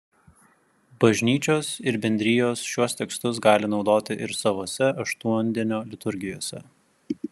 bažnyčios ir bendrijos šiuos tekstus gali naudoti ir savose aštuondienio liturgijose